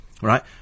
Right